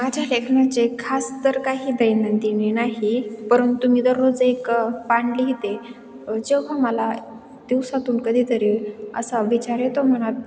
माझ्या लेखनाचे खास तर काही दैनंदिनी नाही परंतु मी दररोज एक पान लिहिते जेव्हा मला दिवसातून कधीतरी असा विचार येतो मनात